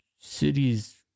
cities